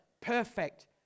perfect